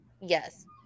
yes